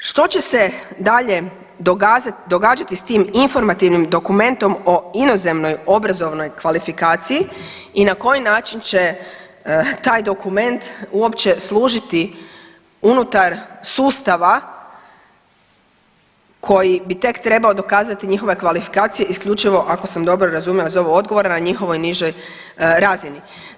Što će se dalje događati s tim informativnim dokumentom o inozemnoj obrazovnoj kvalifikaciji i na koji način će taj dokument uopće služiti unutar sustava koji bi tek trebao dokazati njihove kvalifikacije isključivo ako sam dobro razumjela iz ovog odgovora na njihovoj nižoj razini.